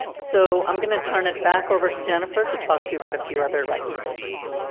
so i'm gonna turn it back over to jennifer to talk to you about a few other recommendations.